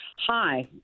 Hi